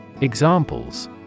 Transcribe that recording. Examples